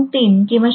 3 किंवा 0